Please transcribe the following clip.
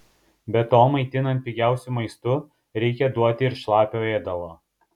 be to maitinant pigiausiu maistu reikia duoti ir šlapio ėdalo